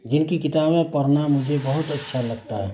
جن کی کتابیں پڑھنا مجھے بہت اچھا لگتا ہے